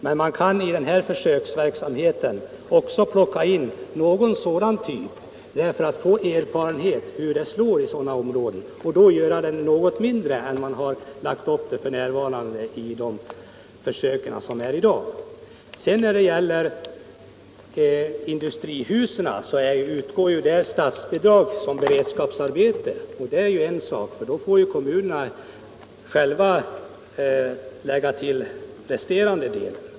Men i försöksverksamheten går det att ta med även andra typer av orter för att få erfarenhet av hur den slår i sådana områden. Där går det att göra verksamheten något mindre än de försök som f. n. pågår. För industrihus utgår det statsbidrag som beredskapsarbete. Då får kommunerna själva lägga till resterande del.